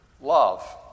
love